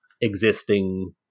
existing